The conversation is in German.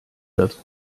wird